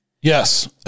Yes